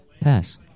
Pass